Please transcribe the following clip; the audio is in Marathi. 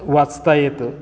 वाचता येतं